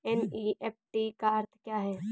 NEFT का अर्थ क्या है?